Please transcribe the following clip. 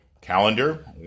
calendar